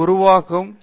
அது உருவாகும்